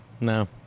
No